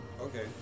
Okay